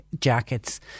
jackets